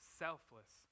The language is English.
selfless